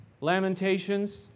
Lamentations